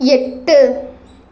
எட்டு